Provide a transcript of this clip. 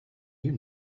you